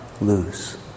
lose